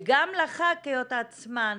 וגם לח"כיות עצמן.